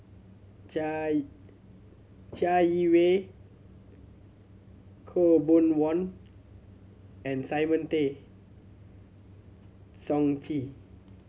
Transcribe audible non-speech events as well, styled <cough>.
Chai <unintelligible> Chai Yee Wei Khaw Boon Wan and Simon Tay Seong Chee